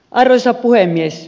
arvoisa puhemies